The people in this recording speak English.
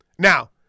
Now